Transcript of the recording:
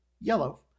yellow